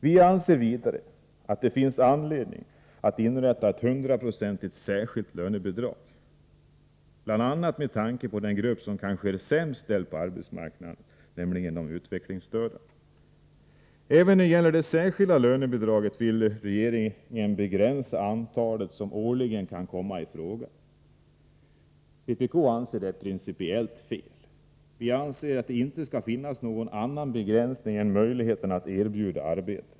Vi anser vidare att det finns anledning att inrätta ett 100-procentigt särskilt lönebidrag. Det är bl.a. med tanke på den grupp som kanske är sämst ställd på arbetsmarknaden, nämligen de utvecklingsstörda. Även när det gäller det särskilda lönebidraget vill regeringen begränsa antalet bidragstagare som årligen kan komma i fråga. Vpk anser att detta är principiellt fel. Vi anser att det inte skall finnas någon annan begränsning än möjligheten att erbjuda arbete.